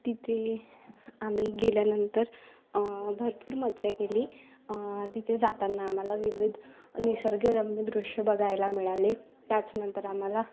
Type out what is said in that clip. तिते आम्ही गेल्यानंतर भरपूर मज्जा केली तिथे जाताना आम्हाला विविध निसर्गरम्य दृश्य बघायला मिळाले त्याच नंतर आम्हाला